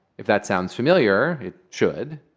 if that sounds familiar, it should.